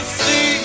see